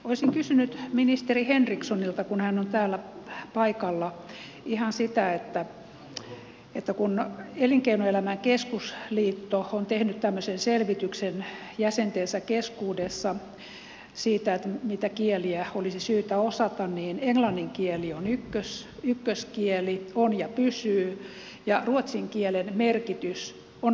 olisin kysynyt ministeri henrikssonilta kun hän on täällä paikalla ihan sitä että kun elinkeinoelämän keskusliitto on tehnyt tämmöisen selvityksen jäsentensä keskuudessa siitä mitä kieliä olisi syytä osata niin englannin kieli on ykköskieli on ja pysyy ja ruotsin kielen merkitys on vähentynyt